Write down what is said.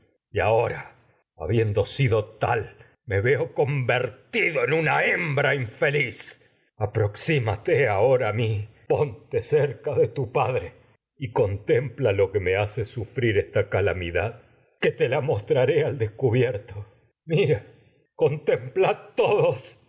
una ahora habiendo sido tal infeliz me veo convertido en hembra aproxímate ahora a mi ponte cerca de tu padre y contempla lo que sufrir esta me hace calamidad que te la mostraré al descubierto mira a contemplad todos